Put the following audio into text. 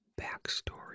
backstory